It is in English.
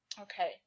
Okay